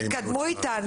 תתקדמו איתנו.